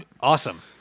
Awesome